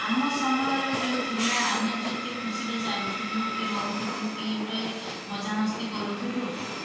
ଆମର ସମୟରେ ଯେଉଁ ଥିଲା ଆମେ ଯେତେ ଖୁସିରେ ଚାଲୁଥିଲୁ କି ରହୁଥିଲୁ କି ଗୋଟେ ମଜାମସ୍ତି କରୁଥିଲୁ